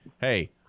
hey